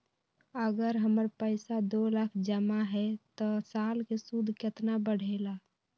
अगर हमर पैसा दो लाख जमा है त साल के सूद केतना बढेला?